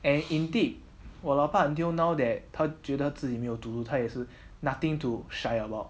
and indeed 我老爸 until now that 他觉得自己没有读它也是 nothing too shy about